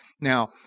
now